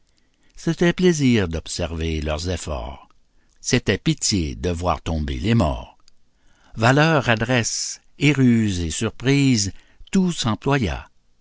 c'était plaisir d'observer leurs efforts c'était pitié de voir tomber les morts valeur adresse et ruses et surprise tout s'employa